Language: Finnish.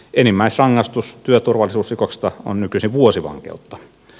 enimmäisrangaistus työturvallisuusrikoksesta on nykyisin vuosi vankeutta